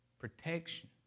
Protection